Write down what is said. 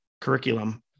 curriculum